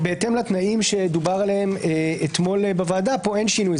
בהתאם לתנאים שדובר עליהם אתמול בוועדה פה אין שינוי.